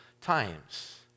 times